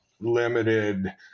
limited